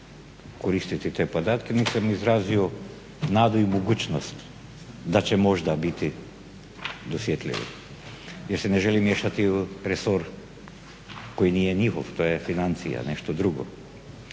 koristiti te podatke nego sam izrazio nadu i mogućnost da će možda biti dosjetljivo jer se ne želim miješati u resor koji nije njihov, to je financije, nešto drugo.